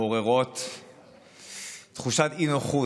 מעורר תחושת אי-נוחות,